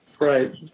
Right